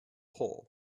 hole